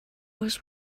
was